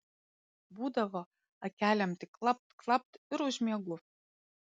būdavo akelėm tik klapt klapt ir užmiegu